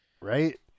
Right